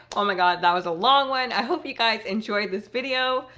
oh my god, that was a long one. i hope you guys enjoyed this video.